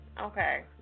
okay